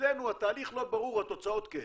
אצלנו התהליך לא ברור, התוצאות כן.